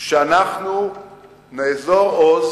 שאנחנו נאזור עוז